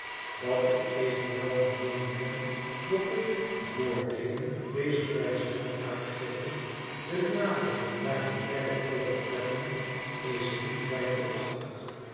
dat ik evenwel van meening ben dat de voordeden dezer wijze van uitgeven de nadeelen daarvan verre overtreffen is niet twijfelachtig